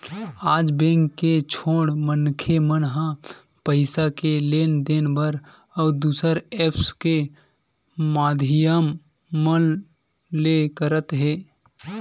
आज बेंक के छोड़ मनखे मन ह पइसा के लेन देन बर अउ दुसर ऐप्स के माधियम मन ले करत हे